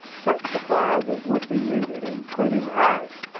such supplies as would be needed, including ice,